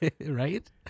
Right